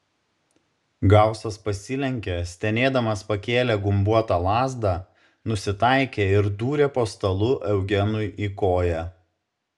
gausas pasilenkė stenėdamas pakėlė gumbuotą lazdą nusitaikė ir dūrė po stalu eugenui į koją